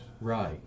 Right